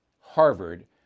Harvard